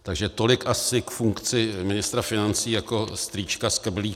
Takže tolik asi k funkci ministra financí jako strýčka skrblíka.